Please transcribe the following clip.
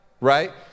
Right